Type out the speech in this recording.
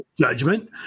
Judgment